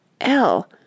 L